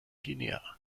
guinea